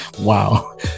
wow